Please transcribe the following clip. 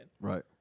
right